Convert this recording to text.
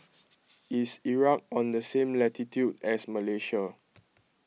is Iraq on the same latitude as Malaysia